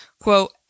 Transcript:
Quote